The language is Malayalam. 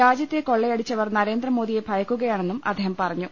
രാജ്യത്തെ കൊള്ളയടിച്ചവർ നരേന്ദ്ര മോദിയെ ഭയക്കുകയാണെന്നും അദ്ദേഹം പറഞ്ഞു